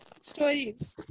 Stories